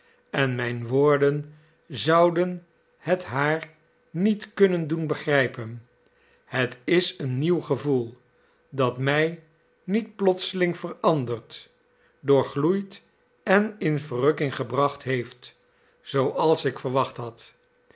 en mijn woorden zouden het haar niet kunnen doen begrijpen het is een nieuw gevoel dat mij niet plotseling veranderd doorgloeid en in verrukking gebracht heeft zooals ik verwacht had